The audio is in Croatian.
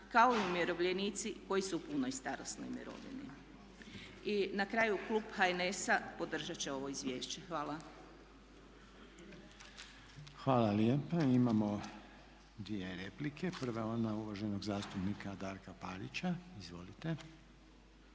kao i umirovljenici koji su u punoj starosnoj mirovini. I na kraju klub HNS-a podržat će ovo izvješće. Hvala. **Reiner, Željko (HDZ)** Hvala lijepa. Imamo dvije replike. Prva je ona uvaženog zastupnika Darka Parića. Izvolite.